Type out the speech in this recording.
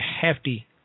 hefty